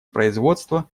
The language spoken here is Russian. производства